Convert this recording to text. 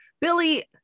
Billy